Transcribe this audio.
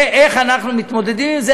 ואיך אנחנו מתמודדים עם זה,